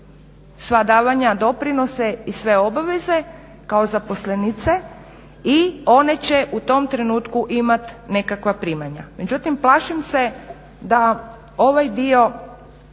sva davanja, doprinose i sve obaveze kao zaposlenice i one će u tom trenutku imat nekakva primanja. Međutim, plašim se da ovaj dio